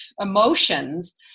emotions